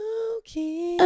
okay